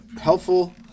helpful